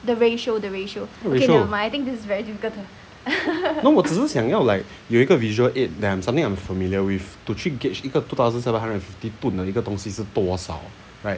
okay so no 我只是想要来有一个 visual aid that something I'm familiar with to treat gauge two thousand seven hundred and fifty 吨的一个东西是多少